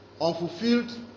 Unfulfilled